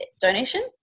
donation